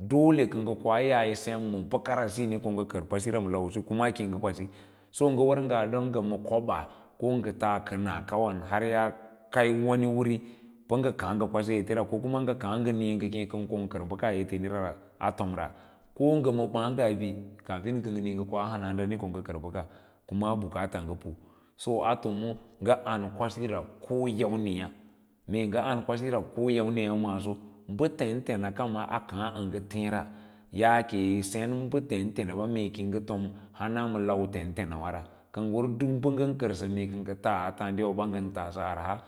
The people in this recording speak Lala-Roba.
sole ka nge ka yaa yi sem ma bakara siyi ko nga kwasira ma lau usu kuma kiyi kwasi for so nga war nga nga ma kobaa ko nga taa kanna kawan kai yaa kai wani wuri panga kaa nfa kwasi ete ra kuma ngə kaa nga nii mee konga kar baka a etenirara tomra ko nga ma baa ngaa bi kadir ka ngo nii nga koa hauhandari kon ga baka juma bukats nga pu so a tomo nga an kwasi ra koyamniya. Mee nga an kwasira kyamai ya maaso ba tentenaka maa a kaa anga teers yaake yi sen b teritens ba mee yi nga tom jana ma lau tetenawa r aka nga war duk uba ngan war dukvuba nafa karɓəɓa kangə təs a taadowa ba ngan taasə aragaa.